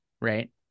right